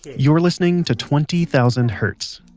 you're listening to twenty thousand hertz.